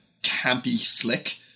campy-slick